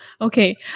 Okay